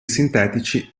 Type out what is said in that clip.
sintetici